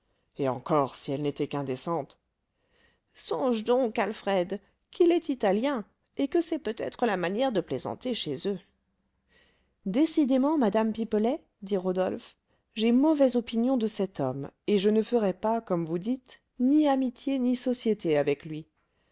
et encore si elles n'étaient qu'indécentes songe donc alfred qu'il est italien et que c'est peut-être la manière de plaisanter chez eux décidément madame pipelet dit rodolphe j'ai mauvaise opinion de cet homme et je ne ferai pas comme vous dites ni amitié ni société avec lui